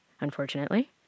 unfortunately